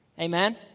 Amen